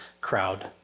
crowd